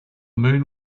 moon